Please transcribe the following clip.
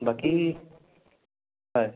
বাকী হয়